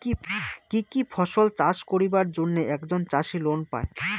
কি কি ফসল চাষ করিবার জন্যে একজন চাষী লোন পায়?